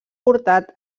portat